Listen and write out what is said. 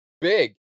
big